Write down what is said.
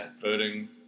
voting